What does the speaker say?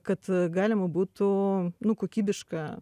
kad galima būtų nu kokybiška